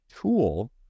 tool